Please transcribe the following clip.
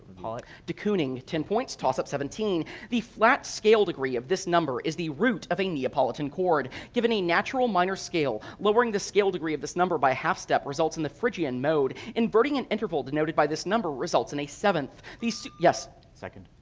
ah de kooning ten points tossup seventeen the flat scale degree of this number is the root of a neapolitan chord. given a natural minor scale, lowering the scale degree of this number by a half step results in the phrygian mode. inverting an interval denoted by this number results in a seventh the so super second.